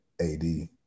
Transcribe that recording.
AD